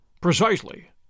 Precisely